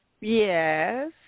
Yes